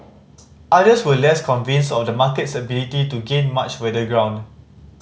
others were less convinced of the market's ability to gain much weather ground